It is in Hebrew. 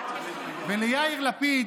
ליאיר לפיד,